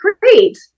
Great